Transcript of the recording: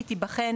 והבקשה תיבחן